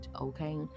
okay